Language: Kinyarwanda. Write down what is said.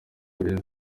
beza